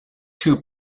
two